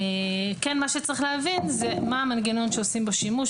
מה שצריך להבין זה מה המנגנון שעושים בו שימוש.